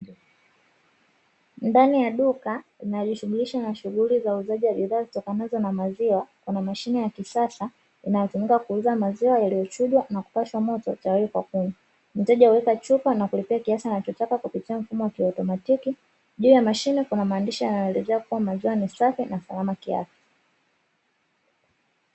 Ndani ya duka linalojishughulisha na shughuli za uuzaji wa bidhaa zinazotokana na maziwa, kuna mashine ya kisasa inayotumika kuuza maziwa yaliyochujwa na kupashwa moto tayari kwa kunywa, mteja huweka chupa na kulipia kiasi anachotaka kupitia mfumo wa kiautomatiki juu ya mashine kuna maandishi yanayoelezea kuwa maziwa ni safi na salama kwa afya.